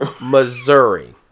Missouri